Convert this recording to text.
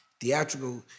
theatrical